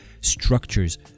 structures